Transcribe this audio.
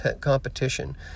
competition